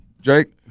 Jake